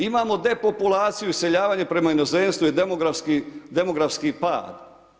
Imamo depopulaciju, iseljavanje prema inozemstvu i demografski pad.